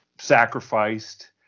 sacrificed